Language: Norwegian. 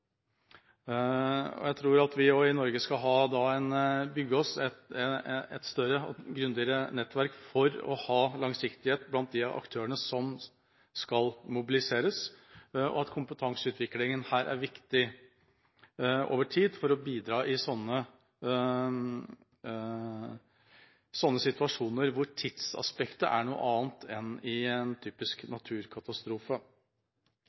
Jeg tror at vi i Norge skal bygge oss et større og grundigere nettverk for å ha langsiktighet blant de aktørene som skal mobiliseres, og at kompetanseutviklingen over tid er viktig her, for å kunne bidra i situasjoner hvor tidsaspektet er et annet enn ved en typisk